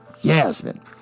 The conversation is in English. Yasmin